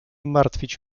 martwić